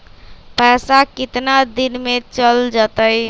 पैसा कितना दिन में चल जतई?